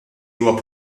huwa